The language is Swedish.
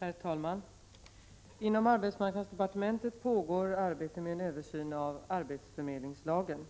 Herr talman! Inom arbetsmarknadsdepartementet pågår arbete med en översyn av arbetsförmedlingslagen .